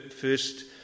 first